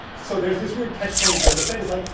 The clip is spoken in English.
so there's this weird catch twenty two. and the fed is like,